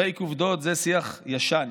פייק עובדות, זה שיח ישן.